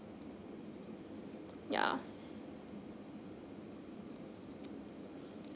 ya